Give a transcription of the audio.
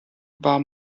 war